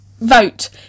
Vote